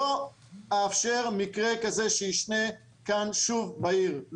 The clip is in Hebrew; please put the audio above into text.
לא אאשר שמקרה כזה ישנה כאן שוב בעיר,